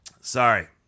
Sorry